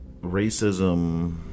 racism